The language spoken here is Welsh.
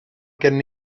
gen